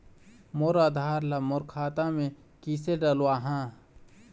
मोर आधार ला मोर खाता मे किसे डलवाहा?